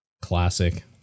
Classic